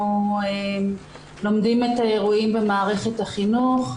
אנחנו לומדים את האירועים במערכת החינוך.